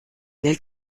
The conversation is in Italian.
nel